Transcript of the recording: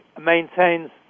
maintains